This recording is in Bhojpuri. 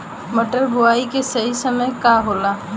मटर बुआई के सही समय का होला?